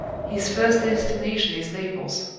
his first destination is naples.